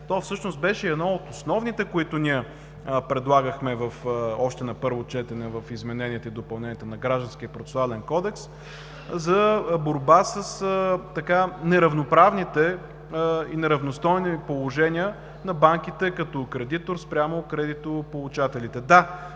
То всъщност беше и едно от основните, които предлагахме още на първо четене в измененията и допълненията на Гражданския процесуален кодекс за борба с неравноправните и неравностойни положения на банките като кредитор спрямо кредитополучателите.